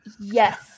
Yes